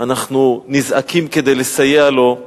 אנחנו נזעקים כדי לסייע לו.